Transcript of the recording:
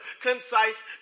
concise